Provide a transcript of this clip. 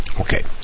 Okay